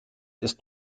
ist